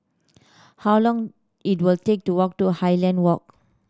how long it will take to walk to Highland Walk